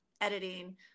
editing